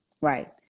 right